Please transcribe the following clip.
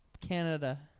Canada